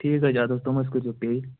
ٹھیٖک حظ چھِ اَدٕ حظ تِم حظ کٔرِزیٚو پے